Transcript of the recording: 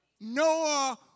Noah